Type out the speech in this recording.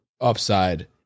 upside